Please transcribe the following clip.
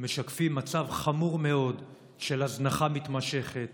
משקפים מצב חמור מאוד של הזנחה מתמשכת,